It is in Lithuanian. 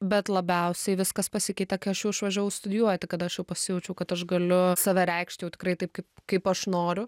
bet labiausiai viskas pasikeitė kai aš jau išvažiavau studijuoti kada aš jau pasijaučiau kad aš galiu save reikšti tikrai taip kaip kaip aš noriu